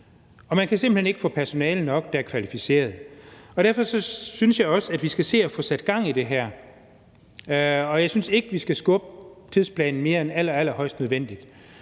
Man kan simpelt hen ikke få personale nok, der er kvalificeret. Derfor synes jeg også, at vi skal se at få sat gang i det her. Og jeg synes ikke, at vi skal skubbe tidsplanen mere end allerhøjst nødvendigt.